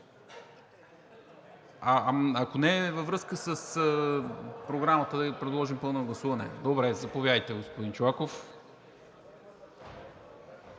Ако не е във връзка с Програмата, да ги предложим първо на гласуване. Заповядайте, господин Чолаков.